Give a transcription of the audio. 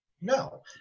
No